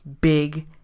big